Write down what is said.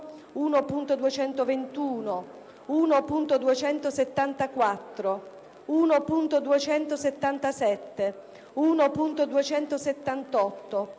1.221, 1.274, 1.277, 1.278,